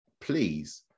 please